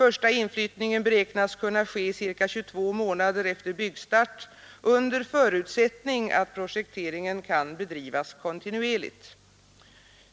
Första inflyttningen beräknas kunna ske ca 22 månader efter byggstart under förutsättning att projekteringen kan bedrivas kontinuerligt.